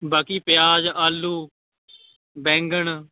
ਬਾਕੀ ਪਿਆਜ਼ ਆਲੂ ਬੈਂਗਣ